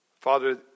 Father